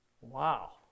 Wow